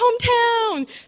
hometown